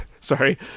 Sorry